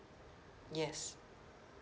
yes